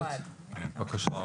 בבקשה.